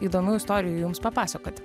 įdomių istorijų jums papasakoti